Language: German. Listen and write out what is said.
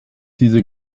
diese